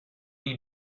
you